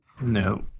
No